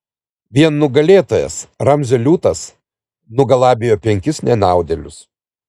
vien nugalėtojas ramzio liūtas nugalabijo penkis nenaudėlius